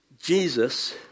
Jesus